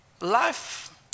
life